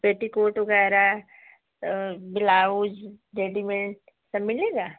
petticoat वग़ैरह blouse readymade सब मिलेगा